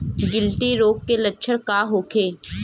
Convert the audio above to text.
गिल्टी रोग के लक्षण का होखे?